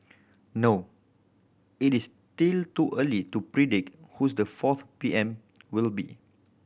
no it is still too early to predict who's the fourth P M will be